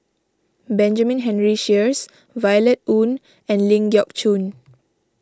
Benjamin Henry Sheares Violet Oon and Ling Geok Choon